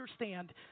understand